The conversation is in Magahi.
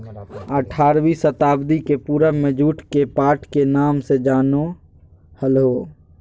आठारहवीं शताब्दी के पूर्व में जुट के पाट के नाम से जानो हल्हो